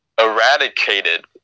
eradicated